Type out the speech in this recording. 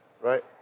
right